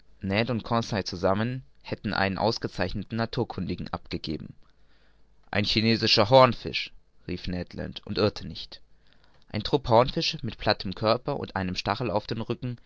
und conseil zusammen hätten einen ausgezeichneten naturkundigen abgegeben ein chinesischer hornfisch rief ned land und irrte nicht ein trupp hornfische mit plattem körper und einem stachel auf dem rücken